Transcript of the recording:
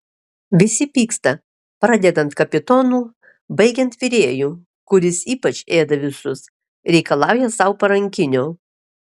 visi pyksta pradedant kapitonu baigiant virėju kuris ypač ėda visus reikalauja sau parankinio